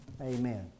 Amen